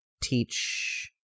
teach